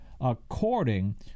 according